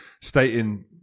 stating